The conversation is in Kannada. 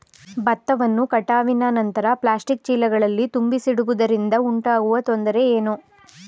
ಭತ್ತವನ್ನು ಕಟಾವಿನ ನಂತರ ಪ್ಲಾಸ್ಟಿಕ್ ಚೀಲಗಳಲ್ಲಿ ತುಂಬಿಸಿಡುವುದರಿಂದ ಉಂಟಾಗುವ ತೊಂದರೆ ಏನು?